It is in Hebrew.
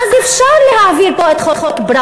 אז אפשר להעביר פה את חוק פראוור.